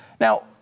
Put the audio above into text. Now